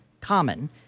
common